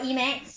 for E math